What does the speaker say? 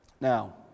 Now